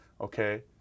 okay